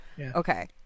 Okay